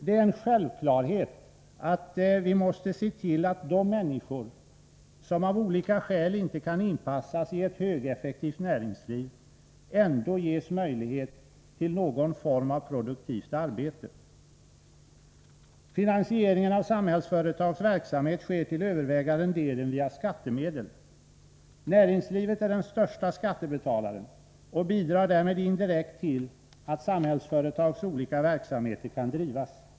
Det är en självklarhet att vi måste se till att de människor som av olika skäl inte kan inpassas i ett högeffektivt näringsliv ändå ges möjlighet till någon form av produktivt arbete. Finansieringen av Samhällsföretags verksamhet sker till övervägande delen via skattemedel. Näringslivet är den största skattebetalaren och bidrar därmed indirekt till att Samhällsföretags olika verksamheter kan drivas.